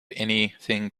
anything